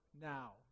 now